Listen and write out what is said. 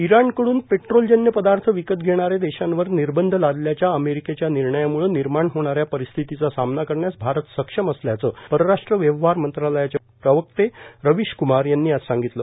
इराणकडुन पेट्रोलजन्य पदार्थ विकत घेणाऱ्या देशांवर निर्बंध लादल्याच्या अमेरिकेच्या निर्णयाम्ळं निर्माण होणाऱ्या परिस्थितीचा सामना करण्यास भारत सक्षम असल्याचं परराष्ट्र व्यवहार मंत्रालयाचे प्रवक्ते रवीशक्मार यांनी आज सांगितलं